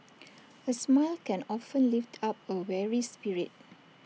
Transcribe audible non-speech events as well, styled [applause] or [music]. [noise] A smile can often lift up A weary spirit